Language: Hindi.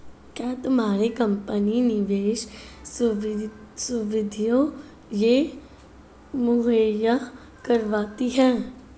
क्या तुम्हारी कंपनी निवेश सुविधायें मुहैया करवाती है?